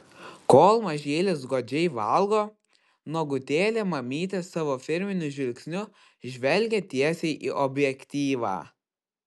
kol mažylis godžiai valgo nuogutėlė mamytė savo firminiu žvilgsniu žvelgia tiesiai į objektyvą